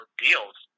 deals